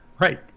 Right